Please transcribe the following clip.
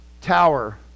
tower